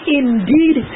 indeed